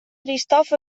eristoff